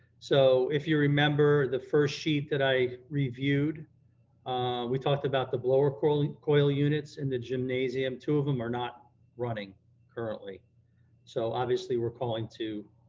so if you remember the first sheet that i reviewed we talked about the blower coil units in the gymnasium, two of em are not running currently so obviously we're calling to